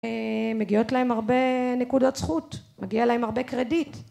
מגיעות להם הרבה נקודות זכות. מגיע להם הרבה קרדיט